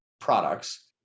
products